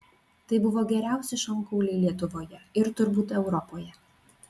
tai buvo geriausi šonkauliai lietuvoje ir turbūt europoje